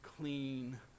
clean